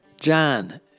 John